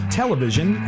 television